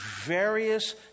various